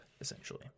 essentially